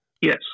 Yes